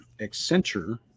Accenture